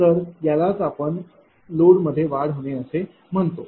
तर यालाच आपण लोड मध्ये वाढ होणे असे म्हणतो